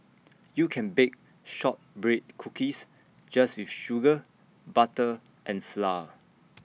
you can bake Shortbread Cookies just with sugar butter and flour